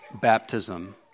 baptism